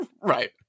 Right